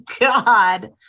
god